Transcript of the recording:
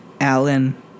Alan